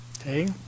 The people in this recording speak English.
Okay